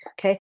Okay